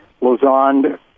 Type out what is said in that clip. Lausanne